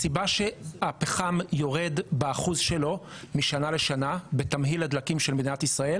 הסיבה שהפחם יורד באחוז שלו משנה לשנה בתמהיל הדלקים של מדינת ישראל